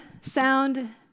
sound